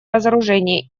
разоружения